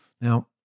Now